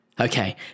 Okay